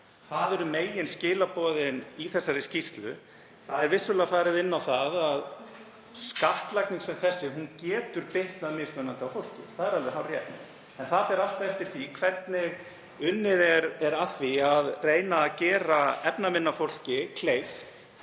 Það eru meginskilaboðin í þessari skýrslu. Það er vissulega farið inn á það að skattlagning sem þessi getur bitnað mismunandi á fólki, það er alveg hárrétt. En það fer allt eftir því hvernig unnið er að því að reyna að gera efnaminna fólki kleift